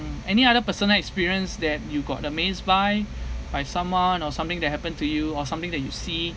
any other personal experience that you got amazed by by someone or something that happened to you or something that you see